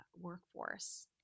workforce